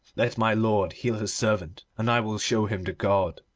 let my lord heal his servant, and i will show him the god.